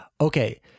okay